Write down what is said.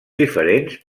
diferents